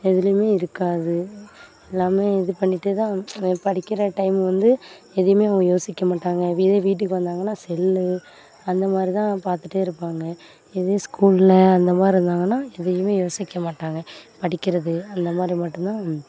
எதுலையுமே இருக்காது எல்லாமே இது பண்ணிகிட்டே தான் படிக்கிற டைம் வந்து எதுவுமே அவங்க யோசிக்க மாட்டாங்க இதே வீட்டுக்கு வந்தாங்கனால் செல்லு அந்தமாதிரி தான் பார்த்துட்டே இருப்பாங்க இதுவே ஸ்கூலில் அந்தமாதிரி இருந்தாங்கனால் எதையுமே யோசிக்க மாட்டாங்க படிக்கிறது அந்தமாதிரி மட்டும்தான்